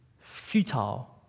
futile